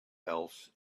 else